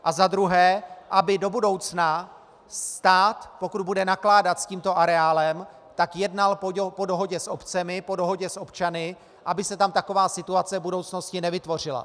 A za druhé, aby do budoucna stát, pokud bude nakládat s tímto areálem, jednal po dohodě s obcemi, po dohodě s občany, aby se tam taková situace v budoucnosti nevytvořila.